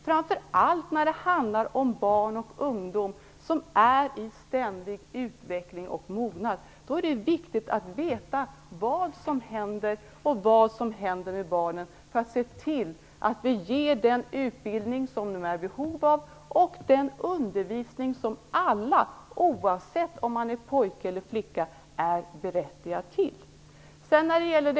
Framför allt när det handlar om barn och ungdom som är i ständig utveckling och mognad är det viktigt att veta vad det är som händer med barnen; detta för att se till att den utbildning som barnen är i behov av och den undervisning som alla, oavsett om det är pojkar eller flickor, är berättigade till verkligen ges.